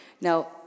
now